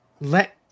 let